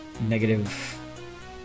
negative